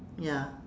ya